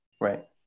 right